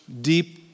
deep